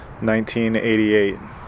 1988